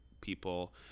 people